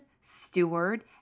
steward